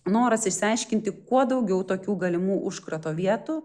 noras išsiaiškinti kuo daugiau tokių galimų užkrato vietų